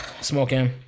smoking